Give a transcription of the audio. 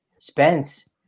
Spence